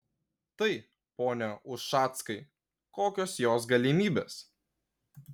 tai pone ušackai kokios jos galimybės